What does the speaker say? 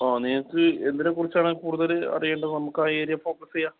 ഓ നിങ്ങൾക്ക് എന്തിനെക്കുറിച്ചാണ് കൂടുതൽ അറിയേണ്ടത് നമുക്ക് ആ ഏരിയ ഫോക്കസ് ചെയ്യാം